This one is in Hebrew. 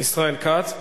ישראל כץ.